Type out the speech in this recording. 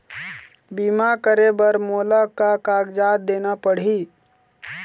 बीमा करे बर मोला का कागजात देना पड़ही?